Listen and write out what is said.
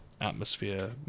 atmosphere